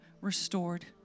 restored